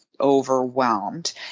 overwhelmed